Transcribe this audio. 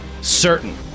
Certain